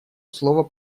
слова